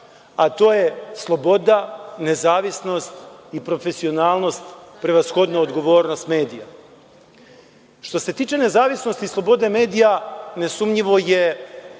a to je sloboda, nezavisnost i profesionalnost, prevashodno odgovornost medija. Što se tiče nezavisnosti i slobode medija, nesumnjivo je